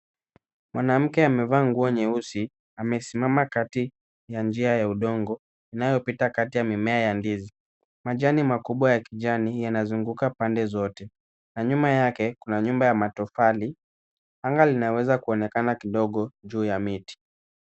Mwanamke amevaa nguo nyeusi amesimama kati ya njia ya udongo inayopita kati ya mimea ya ndizi. Majani makubwa ya kijani yanazunguka pande zote, na nyuma yake kuna nyumba ya matofali, anga linaweza kuonekana kidogo juu ya miti.